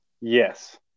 Yes